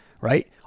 right